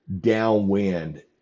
downwind